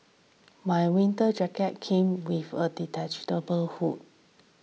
my winter jacket came with a detachable hood